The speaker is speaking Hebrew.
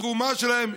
בתרומה שלהם,